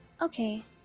Okay